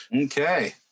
Okay